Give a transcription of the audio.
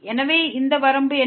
எனவே இந்த வரம்பு என்ன